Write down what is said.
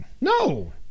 No